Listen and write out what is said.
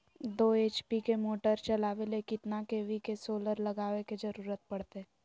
दो एच.पी के मोटर चलावे ले कितना के.वी के सोलर लगावे के जरूरत पड़ते?